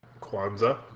Kwanzaa